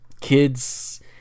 kids